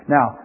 Now